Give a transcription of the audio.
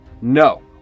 No